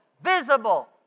visible